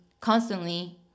constantly